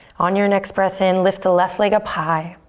on your next breath in, lift the left leg up high.